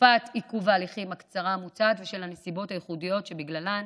תקופת עיכוב ההליכים הקצרה המוצעת והנסיבות הייחודיות שבגללן